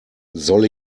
soll